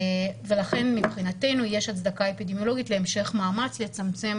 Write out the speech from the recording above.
לכן מבחינתנו יש הצדקה אפידמיולוגית להמשך מאמץ לצמצם